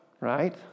right